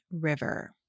river